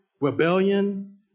rebellion